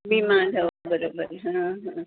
भीमाला हो बरोबर हां हां